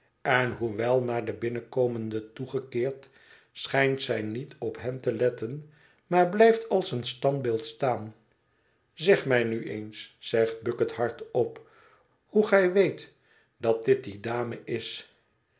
en hoewel naar de binnenkomenden toegekeerd schijnt zij niet op hen te letten maar blijft als een standbeeld staan zeg mij nu eens zegt bucket hardop hoe gij weet dat dit die dame is